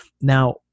Now